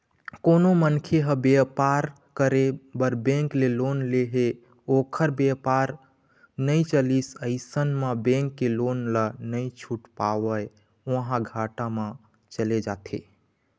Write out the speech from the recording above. कोनो मनखे ह बेपार करे बर बेंक ले लोन ले हे ओखर बेपार नइ चलिस अइसन म बेंक के लोन ल नइ छूट पावय ओहा घाटा म चले जाथे